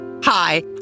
Hi